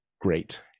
great